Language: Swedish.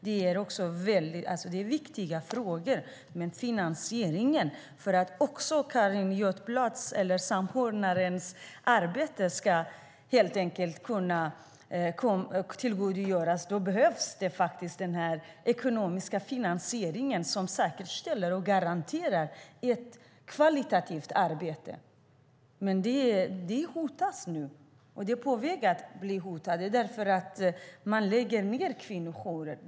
Det är viktiga frågor, men för att man också ska kunna tillgodogöra sig samordnarens arbete behövs faktiskt den ekonomiska finansiering som säkerställer och garanterar ett kvalitativt arbete. Det är på väg att hotas nu därför att man lägger ned kvinnojourer.